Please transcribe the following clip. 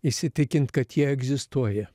įsitikint kad jie egzistuoja